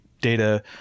data